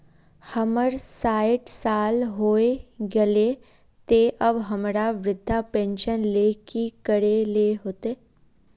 हमर सायट साल होय गले ते अब हमरा वृद्धा पेंशन ले की करे ले होते?